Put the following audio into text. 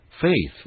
Faith